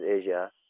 Asia